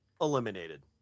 eliminated